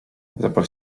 zapal